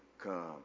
come